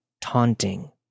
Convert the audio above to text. taunting